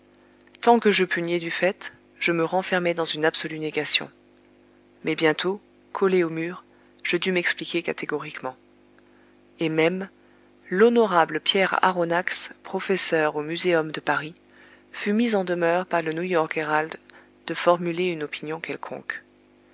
tant que je pus nier du fait je me renfermai dans une absolue négation mais bientôt collé au mur je dus m'expliquer catégoriquement et même l'honorable pierre aronnax professeur au muséum de paris fut mis en demeure par le new york herald de formuler une opinion quelconque